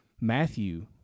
Matthew